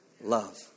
Love